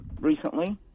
recently